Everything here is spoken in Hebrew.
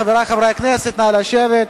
חברי חברי הכנסת, נא לשבת.